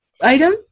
item